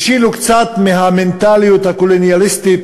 השילו קצת מהמנטליות הקולוניאליסטית